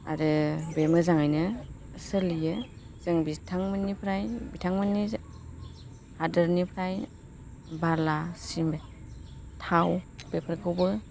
आरो बे मोजाङैनो सोलियो जों बिथांमोननिफ्राय बिथांमोननि हादरनिफ्राय बाला सिमेन्ट थाव बेफोरखौबो